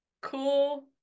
cool